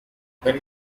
when